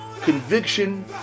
conviction